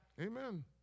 Amen